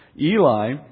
Eli